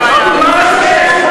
מה הבעיה,